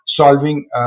solving